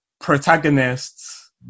protagonists